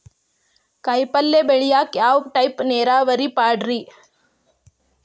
ಕಾಯಿಪಲ್ಯ ಬೆಳಿಯಾಕ ಯಾವ ಟೈಪ್ ನೇರಾವರಿ ಪಾಡ್ರೇ?